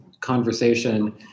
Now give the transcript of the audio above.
conversation